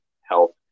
health